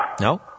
No